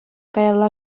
каялла